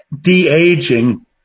de-aging